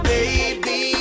Baby